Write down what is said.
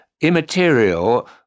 immaterial